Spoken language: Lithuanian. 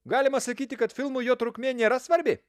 galima sakyti kad filmų jo trukmė nėra svarbi